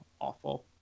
awful